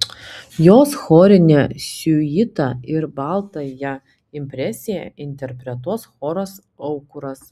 jos chorinę siuitą ir baltąją impresiją interpretuos choras aukuras